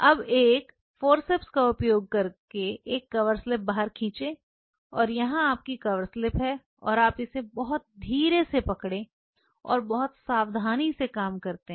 अब एक संदंश का उपयोग कर एक कवरस्लिप बाहर खींचो और यहाँ आपकी कवरस्लिप है और आप इसे बहुत धीरे से पकड़ें और बहुत सावधानी से काम करते हैं